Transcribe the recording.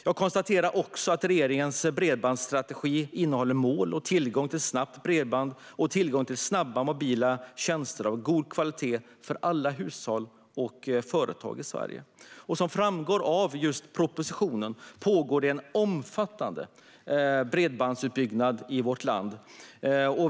Jag konstaterar också att regeringens bredbandsstrategi innehåller mål om tillgång till snabbt bredband och tillgång till snabba mobila tjänster av god kvalitet för alla hushåll och företag i Sverige. Som framgår av propositionen pågår det en omfattande bredbandsutbyggnad i vårt land.